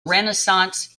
renaissance